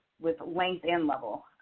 with length and level,